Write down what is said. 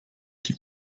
die